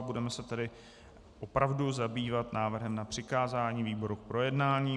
Budeme se tedy opravdu zabývat návrhem na přikázání výboru k projednání.